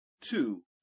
two